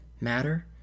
matter